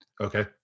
Okay